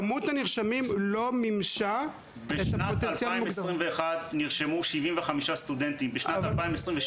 כמות הנרשמים לא מימשה את -- הכשרה נכונה והכשרה מתאימה.